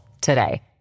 today